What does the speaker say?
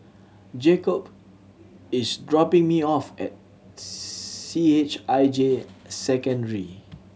Jakobe is dropping me off at C H I J Secondary